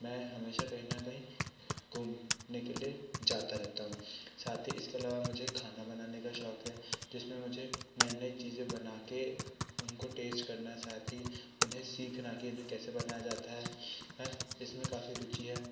मैं हमेशा कहीं ना कहीं घूमने के लिए जाता रहता हूँ साथ ही इसके अलावा मुझे खाना बनाने का शौक है जिसमें मुझे नहीं नहीं चीज़ें बना के उनको टेस्ट करना साथ ही उन्हें सिखाना कि उन्हें कैसे बनाया जाता है इसमें काफ़ी रुचि है